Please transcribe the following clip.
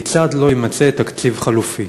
לא יימצא תקציב חלופי?